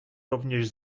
rovněž